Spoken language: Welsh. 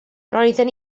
roedden